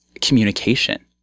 communication